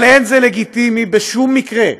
אבל זה לא לגיטימי בשום מקרה,